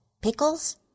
Pickles